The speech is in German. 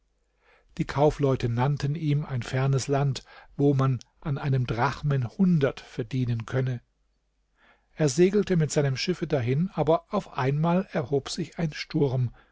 die kaufleute nannten ihm ein fernes land wo man an einem drachmen hundert verdienen könne er segelte mit seinem schiffe dahin aber auf einmal erhob sich ein sturm